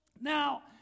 Now